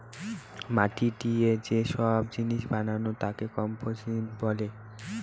মাটি দিয়ে যে সব জিনিস বানানো তাকে কম্পোসিশন বলে